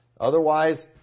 Otherwise